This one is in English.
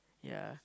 ya